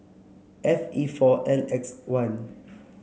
F E four N X one